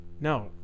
No